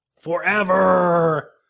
Forever